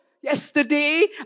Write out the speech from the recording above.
yesterday